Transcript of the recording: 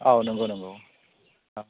औ नंगौ नंगौ